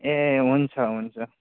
ए हुन्छ हुन्छ